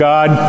God